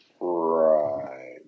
Right